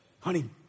honey